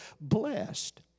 blessed